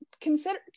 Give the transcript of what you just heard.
consider